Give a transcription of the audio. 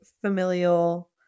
familial